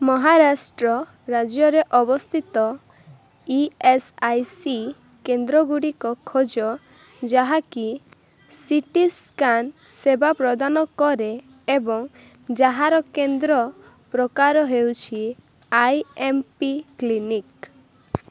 ମହାରାଷ୍ଟ୍ର ରାଜ୍ୟରେ ଅବସ୍ଥିତ E S I C କେନ୍ଦ୍ର ଗୁଡ଼ିକ ଖୋଜ ଯାହାକି ସି ଟି ସ୍କାନ୍ ସେବା ପ୍ରଦାନ କରେ ଏବଂ ଯାହାର କେନ୍ଦ୍ର ପ୍ରକାର ହେଉଛି ଆଇ ଏମ୍ ପି କ୍ଲିନିକ୍